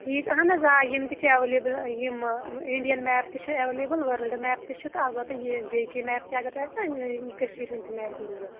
ٹھیٖک اَہَن حظ آ یِم تہِ چھِ اَیٚویلیبٕل یِم آ اِنٛڈین میٚپ تہِ چُھِ اَیٚویلیبٕل ؤرٕلڑ میٚپ تہِ چھِ تہٕ البَتہِٕ یہِ جے کے میٚپ تہِ اگر تۅہہِ آسہِ نا یِم کٔشیٖرِ ہُنٛد تہِ میٚپ ضروٗرَت